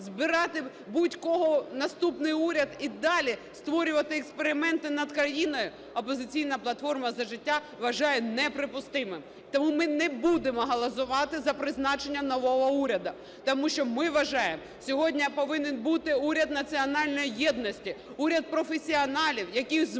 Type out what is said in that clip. збирати будь-кого в наступний уряд і далі створювати експерименти над країною "Опозиційна платформа – За життя" вважає неприпустимим. Тому ми не будемо голосувати за призначення нового уряду. Тому що, ми вважаємо: сьогодні повинен бути уряд національної єдності, уряд професіоналів, який зможе